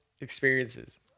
experiences